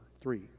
three